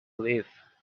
live